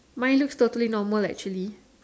mine looks totally normal actually